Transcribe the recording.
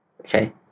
okay